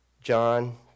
John